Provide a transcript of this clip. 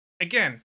again